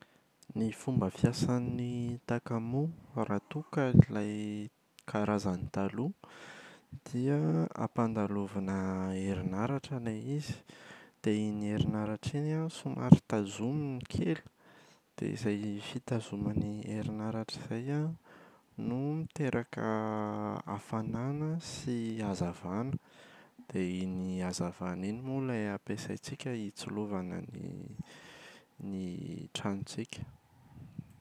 Ny fomba fiasan’ny takamoa raha toa ka ilay karazany taloha dia ampandalovana herinaratra ilay izy dia iny herinaratra iny somary tazominy kely dia izay fitazomany herinaratra izay an no miteraka hafanana sy hazavana. Dia iny hazavana iny moa ilay ampiasaintsika hitsilovana ny ny tranontsika.